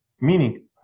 Meaning